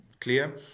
clear